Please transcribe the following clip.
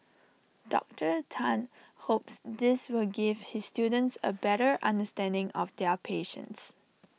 Doctor Tan hopes this will give his students A better understanding of their patients